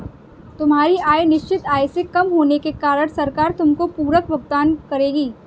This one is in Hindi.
तुम्हारी आय निश्चित आय से कम होने के कारण सरकार तुमको पूरक भुगतान करेगी